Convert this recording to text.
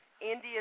India